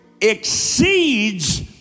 exceeds